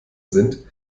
sind